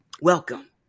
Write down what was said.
welcome